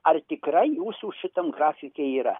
ar tikrai jūsų šitam grafike yra